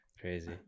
Crazy